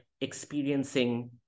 experiencing